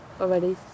already